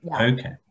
Okay